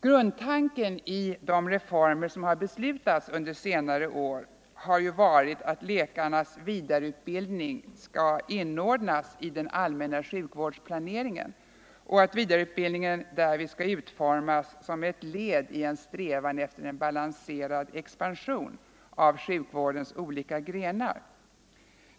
Grundtanken i de reformer som har beslutats under senare år har varit att läkarnas vidareutbildning skall inordnas i den allmänna sjukvårdens planering och att vidareutbildningen därvid skall utformas som ett led i en strävan efter balanserad expansion av sjukvårdens olika grenar.